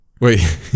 Wait